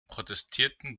protestierten